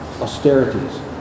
austerities